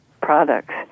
products